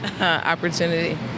Opportunity